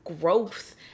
growth